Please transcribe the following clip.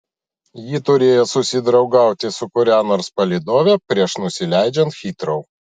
ji turėjo susidraugauti su kuria nors palydove prieš nusileidžiant hitrou